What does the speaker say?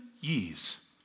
years